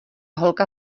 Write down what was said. holka